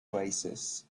oasis